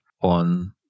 on